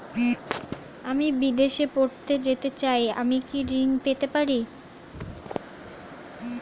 আমি বিদেশে পড়তে যেতে চাই আমি কি ঋণ পেতে পারি?